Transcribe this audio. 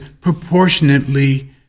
proportionately